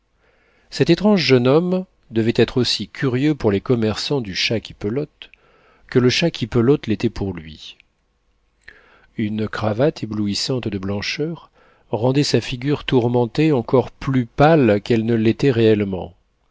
cet étrange jeune homme devait être aussi curieux pour les commerçants du chat qui pelote que le chat qui pelote l'était pour lui une cravate éblouissante de blancheur rendait sa figure tourmentée encore plus pâle qu'elle ne l'était réellement